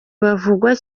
havugwa